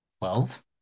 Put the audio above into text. Twelve